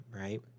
right